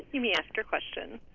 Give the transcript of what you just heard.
you may ask your question.